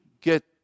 get